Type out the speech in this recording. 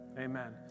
Amen